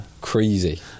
crazy